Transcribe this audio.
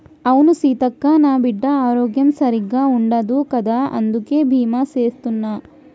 అవును సీతక్క, నా బిడ్డ ఆరోగ్యం సరిగ్గా ఉండదు కదా అందుకే బీమా సేత్తున్న